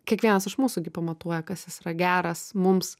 kiekvienas iš mūsų gi pamatuoja kas jis yra geras mums